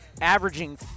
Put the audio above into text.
averaging